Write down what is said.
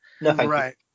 Right